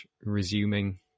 resuming